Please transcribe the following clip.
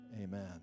Amen